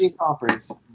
Conference